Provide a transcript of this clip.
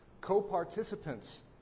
co-participants